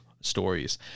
stories